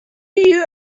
you